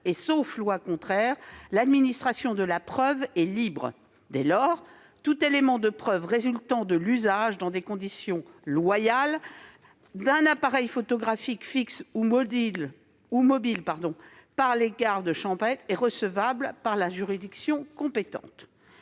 et sauf loi contraire, l'administration de la preuve est libre. Dès lors, tout élément de preuve résultant de l'usage, dans des conditions loyales, d'un appareil photographique fixe ou mobile par les gardes champêtres est recevable par la juridiction compétente.